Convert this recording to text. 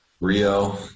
rio